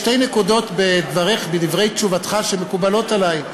יש שתי נקודות בדברי תשובתך שמקובלות עלי,